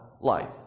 life